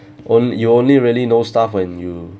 only you only really know stuff when you